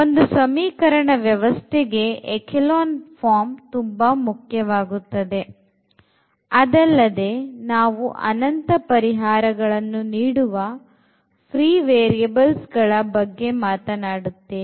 ಒಂದು ಸಮೀಕರಣ ವ್ಯವಸ್ಥೆಗೆ echelon form ತುಂಬಾ ಮುಖ್ಯವಾಗುತ್ತದೆ ಅದಲ್ಲದೆ ನಾವು ಅನಂತ ಪರಿಹಾರಗಳನ್ನು ನೀಡುವ free variables ದಳ ಬಗ್ಗೆ ಮಾತನಾಡುತ್ತೇವೆ